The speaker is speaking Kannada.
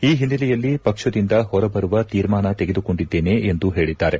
ಈ ಹಿನ್ನೆಲೆಯಲ್ಲಿ ಪಕ್ಷದಿಂದ ಹೊರಬರುವ ತೀರ್ಮಾನ ತೆಗೆದುಕೊಂಡಿದ್ದೇನೆ ಎಂದು ಹೇಳಿದ್ದಾರೆ